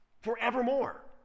forevermore